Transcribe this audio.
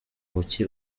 kuki